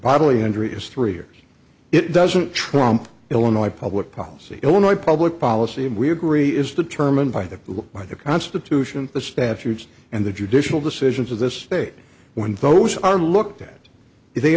bodily injury is three years it doesn't try tromp illinois public policy illinois public policy and we agree is determined by the by the constitution the statutes and the judicial decisions of this state when those are looked at